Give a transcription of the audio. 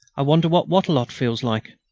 i wonder what wattrelot feels like!